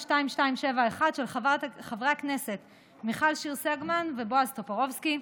של חברי הכנסת מיכל שיר סגמן ובועז טופורובסקי.